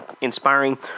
inspiring